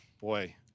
Boy